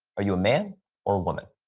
are you a man or woman?